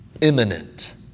imminent